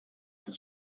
pour